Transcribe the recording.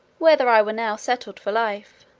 whether i were now settled for life?